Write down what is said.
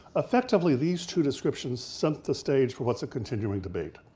effectively, these two descriptions set the stage for what's a continuing debate,